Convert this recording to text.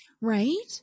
Right